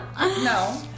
no